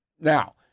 Now